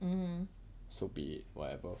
so be it whatever